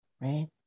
right